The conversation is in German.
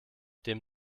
dem